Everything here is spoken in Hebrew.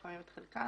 לפעמים את חלקן,